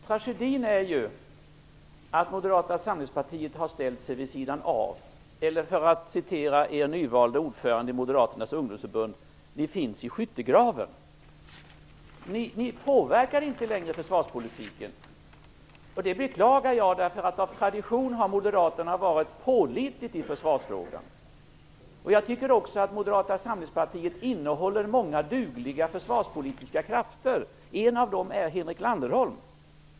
Herr talman! Tragedin är att Moderata samlingspartiet har ställt sig vid sidan av, eller enligt er nyvalde ordförande i Moderaternas ungdomsförbund, finns i skyttegraven. Ni påverkar inte längre inte försvarspolitiken. Det beklagar jag. Av tradition har Moderaterna varit pålitligt i försvarsfrågan. Jag tycker också att Moderata samlingspartiet har många dugliga försvarspolitiska krafter. En av dem är Henrik Landerholm.